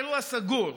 האירוע סגור.